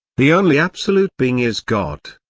the only absolute being is god.